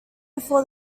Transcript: before